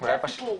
זה הסיפור,